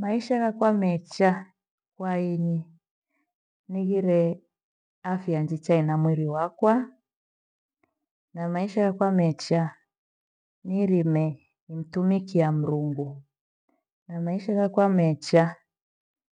Maisha nakwa mecha kwahenyi, nighire afya njicha ena mwiri wakwa na maisha yakwa mecha niirime nimtumikia Mrungu. Na maisha yakwa mecha